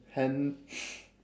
hen~